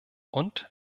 und